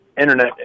Internet